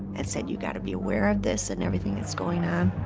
and said, you've got to be aware of this and everything that's going on.